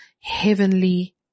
heavenly